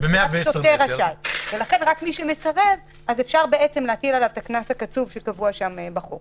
ורק על מי שמסרב אפשר להטיל את הקנס שקבוע בחוק.